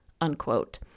unquote